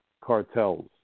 cartels